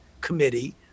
committee